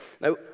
Now